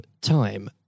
time